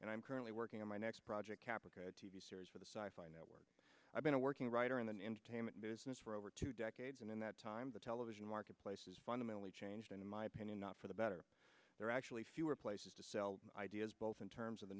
and i'm currently working on my next project caprica t v series for the sideline at work i've been working writer in the entertainment business for over two decades and in that time the television marketplace has fundamentally changed in my opinion not for the better they're actually fewer places to sell ideas both in terms of the